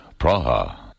Praha